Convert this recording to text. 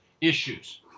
issues